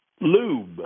lube